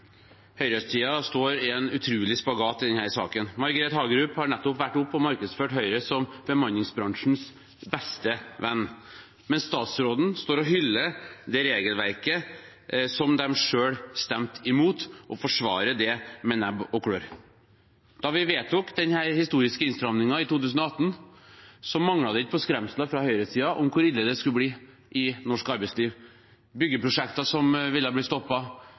markedsført Høyre som bemanningsbransjens beste venn, mens statsråden står og hyller det regelverket som de selv stemte imot, og forsvarer det med nebb og klør. Da vi vedtok denne historiske innstramningen i 2018, manglet det ikke på skremsler fra høyresiden om hvor ille det skulle bli i norsk arbeidsliv – byggeprosjekter som ville